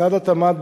משרד התמ"ת,